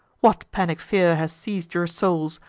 what panic fear has seiz'd your souls?